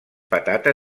patata